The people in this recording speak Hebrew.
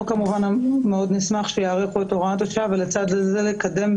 אנחנו מיד נבקש את ההסבר וניגש להצבעה.